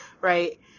right